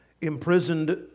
Imprisoned